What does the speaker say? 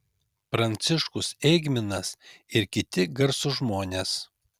pranciškus eigminas ir kiti garsūs žmonės